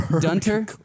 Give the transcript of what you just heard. Dunter